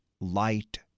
light